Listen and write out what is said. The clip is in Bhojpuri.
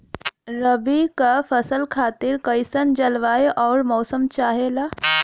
रबी क फसल खातिर कइसन जलवाय अउर मौसम चाहेला?